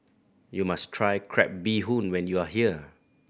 you must try crab bee hoon when you are here